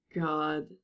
God